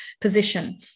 position